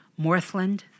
Morthland